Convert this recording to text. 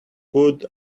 good